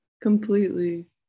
Completely